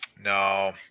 No